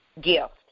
gift